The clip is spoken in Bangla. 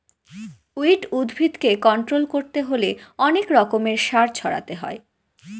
উইড উদ্ভিদকে কন্ট্রোল করতে হলে অনেক রকমের সার ছড়াতে হয়